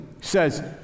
says